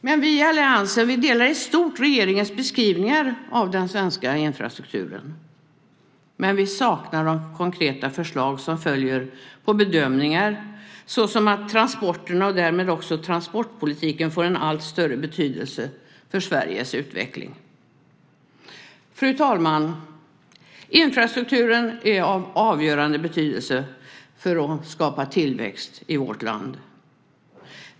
Men vi i alliansen delar i stort regeringens beskrivningar av den svenska infrastrukturen. Men vi saknar de konkreta förslag som följer på bedömningar såsom att "transporterna och därmed också transportpolitiken får en allt större betydelse för Sveriges utveckling". Fru talman! Infrastrukturen är av avgörande betydelse för att skapa tillväxt i vårt land.